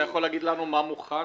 תוכל לומר לנו מה מוכן?